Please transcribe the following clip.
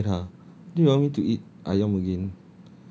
ayam masak merah no I want to eat ayam again